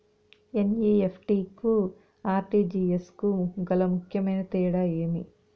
NEFT కు RTGS కు గల ముఖ్యమైన తేడా ఏమి?